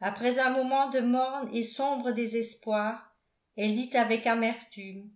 après un moment de morne et sombre désespoir elle dit avec amertume